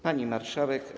Pani Marszałek!